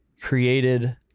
created